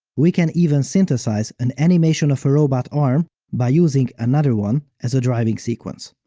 we can even synthesize an animation of a robot arm by using another one as a driving sequence.